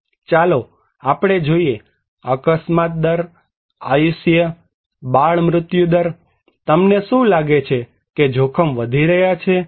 ચાલો આપણે જોઈએ અકસ્માત દર આયુષ્ય બાળ મૃત્યુદર તમને શું લાગે છે કે જોખમ વધી રહ્યા છે